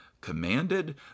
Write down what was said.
commanded